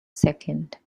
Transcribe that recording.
second